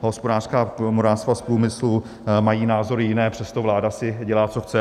Hospodářská komora, Svaz průmyslu mají názory jiné, přesto si vláda dělá, co chce.